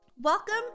welcome